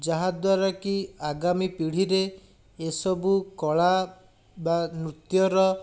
ଯାହାଦ୍ୱାରା କି ଆଗାମୀ ପିଢ଼ିରେ ଏସବୁ କଳା ବା ନୃତ୍ୟର